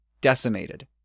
decimated